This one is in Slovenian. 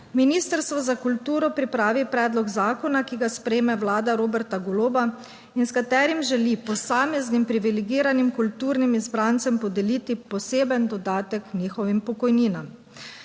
Ministrstvo za kulturo pripravi predlog zakona, ki ga sprejme vlada Roberta Goloba in s katerim želi posameznim privilegiranim kulturnim izbrancem podeliti poseben dodatek njihovim pokojninam.